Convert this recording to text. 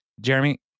Jeremy